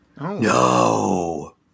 no